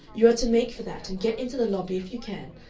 you are to make for that and get into the lobby if you can,